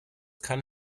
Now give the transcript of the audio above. kann